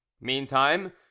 Meantime